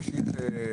ראשית,